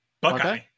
Buckeye